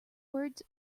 words